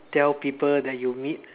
tell people that you meet